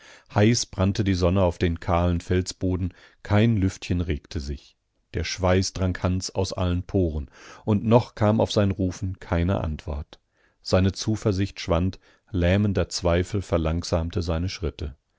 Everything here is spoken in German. heiß brannte die sonne auf den kahlen felsboden kein lüftchen regte sich der schweiß drang hans aus allen poren und noch kam auf sein rufen keine antwort seine zuversicht schwand lähmender zweifel verlangsamte seine schritte